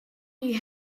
you